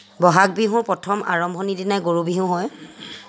ব'হাগ বিহুৰ প্ৰথম আৰম্ভণিৰ দিনাই গৰু বিহু হয়